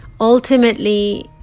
ultimately